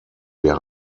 wir